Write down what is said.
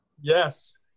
Yes